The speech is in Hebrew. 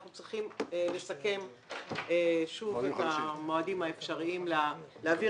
אנחנו צריכים לסכם שוב את המועדים האפשריים להעביר